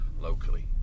locally